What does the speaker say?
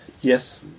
Yes